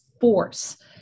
force